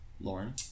Lauren